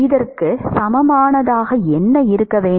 இதற்கு சமமானதாக என்ன இருக்க வேண்டும்